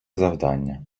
завдання